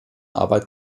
arbeit